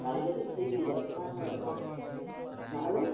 ତା'ର୍ ଯଦି ଠିକ୍ ଯତ୍ନ ଆମେ ନେବା ତାହେଲେ